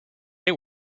they